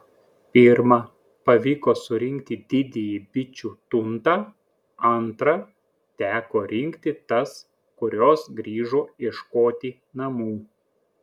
pirmą pavyko surinkti didįjį bičių tuntą antrą teko rinkti tas kurios grįžo ieškoti namų